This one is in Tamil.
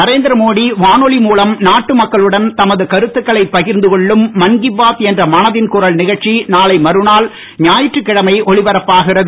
நரேந்திரமோடி வானொவி மூலம் நாட்டு மக்களுடன் தமது கருத்துக்களை பகிர்ந்து கொள்ளும் மன்கி பாத் என்ற மனதில் குரல் நிகழ்ச்சி நாளை மறுநாள் ஞாயிற்றுக்கிழமை ஒலிப்பரப்பாகிறது